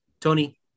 Tony